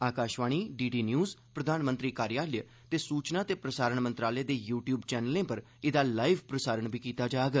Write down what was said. Akashvani D D news प्रधानमंत्री कार्यालय ते सूचना ते प्रसारण मंत्रालय दे यू टयूब चैनलें पर एहदा जीविंत प्रसारण बी कीता जाग